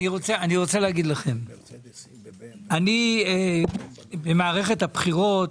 במערכת הבחירות